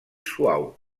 suau